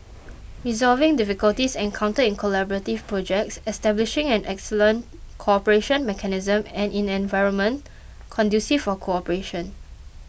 resolving difficulties encountered in collaborative projects establishing an excellent cooperation mechanism and an environment conducive for cooperation